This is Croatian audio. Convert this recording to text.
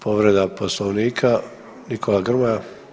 Povreda poslovnika Nikola Grmoja.